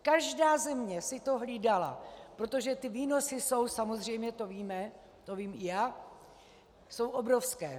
Každá země si to hlídala, protože ty výnosy jsou, samozřejmě to víme, to vím i já, obrovské.